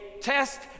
test